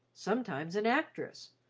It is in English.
sometimes an actress,